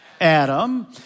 Adam